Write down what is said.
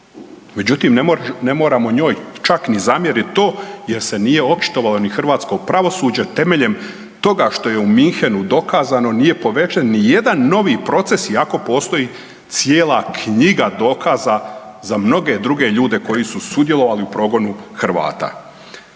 Međutim, ne moramo njoj čak ni zamjerit to jer se nije očitovalo ni hrvatsko pravosuđe temeljem toga što je u Munchenu dokazano nije proveden nijedan novi proces iako postoji cijela knjiga dokaza za mnoge druge ljude koji su sudjelovali u progonu Hrvata.